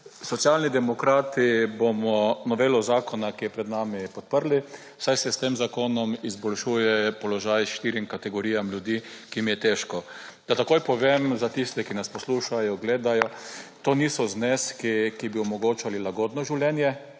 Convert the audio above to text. Socialni demokrati bomo novelo zakona, ki je pred nami podprli, saj se s tem zakonom izboljšuje položaj štirim kategorijam ljudi, ki jim je težko. Da takoj povem za tiste, ki nas poslušajo, gledajo, to niso zneski, ki bi omogočali lagodno življenje,